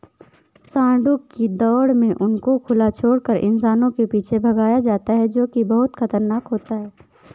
सांडों की दौड़ में उनको खुला छोड़कर इंसानों के पीछे भगाया जाता है जो की बहुत खतरनाक होता है